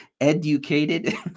educated